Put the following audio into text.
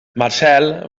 marcel